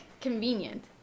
convenient